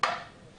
על המיטות